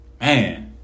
Man